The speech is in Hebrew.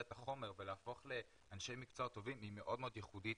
את החומר ולהפוך לאנשי מקצוע טובים היא מאוד ייחודית